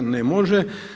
Ne može.